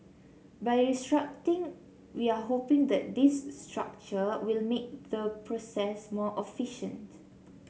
by restricting we are hoping that this restructure will make the process more efficient